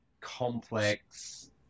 complex